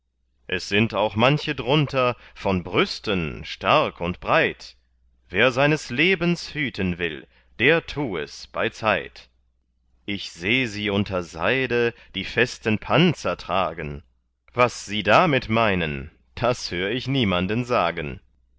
es sind auch manche drunter von brüsten stark und breit wer seines lebens hüten will der tu es beizeit ich seh sie unter seide die festen panzer tragen was sie damit meinen das hör ich niemanden sagen